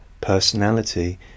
personality